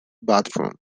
bathroom